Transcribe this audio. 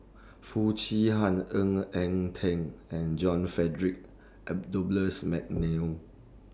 Foo Chee Han Ng Eng Teng and John Frederick Mcnair